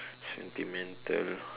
sentimental